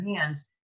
hands